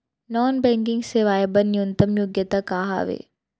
Non banking सेवाएं बर न्यूनतम योग्यता का हावे?